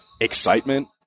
excitement